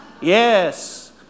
Yes